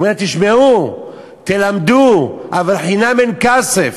הוא אומר: תשמעו, תלמדו, אבל חינם אין כסף.